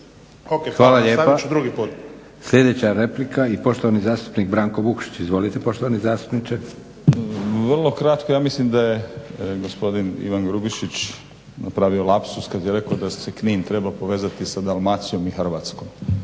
Hvala lijepo. Sljedeća replika i poštovani zastupnik Branko Vukšić. Izvolite poštovani zastupniče. **Vukšić, Branko (Hrvatski laburisti - Stranka rada)** Vrlo kratko. Ja mislim da je gospodin Ivan Grubišioć napravio lapsus kad je rekao da se Knin treba povezati sa Dalmacijom i Hrvatskom.